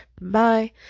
Bye